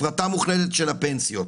הפרטה מוחלטת של הפנסיות.